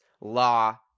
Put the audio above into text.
law